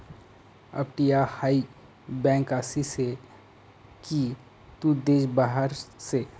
अपटीया हाय बँक आसी से की तू देश बाहेर से